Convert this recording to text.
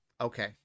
Okay